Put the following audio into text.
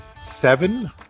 seven